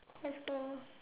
let's go